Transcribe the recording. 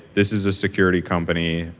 this is a security company,